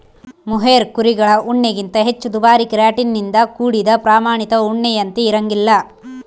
mohair ಕುರಿಗಳ ಉಣ್ಣೆಗಿಂತ ಹೆಚ್ಚು ದುಬಾರಿ ಕೆರಾಟಿನ್ ನಿಂದ ಕೂಡಿದ ಪ್ರಾಮಾಣಿತ ಉಣ್ಣೆಯಂತೆ ಇರಂಗಿಲ್ಲ